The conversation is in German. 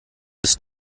ist